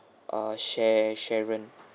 uh shar~ sharon